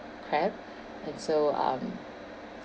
crab and so um